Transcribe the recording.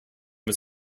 was